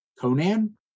Conan